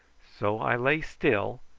so i lay still,